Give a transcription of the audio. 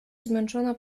zmęczona